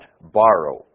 borrow